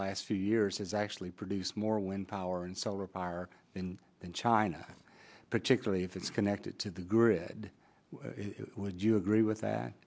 last few years has actually produced more wind power and solar power than china particularly if it's connected to the grid would you agree with that